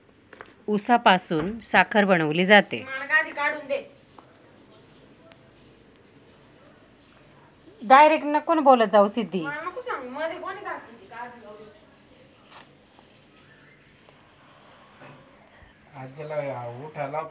उसापासून साखर बनवली जाते